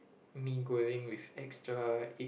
mee-goreng with extra egg